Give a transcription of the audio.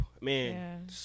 Man